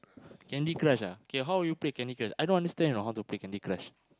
Candy-Crush ah K how are you play Candy-Crush I don't understand you know how to play Candy-Crush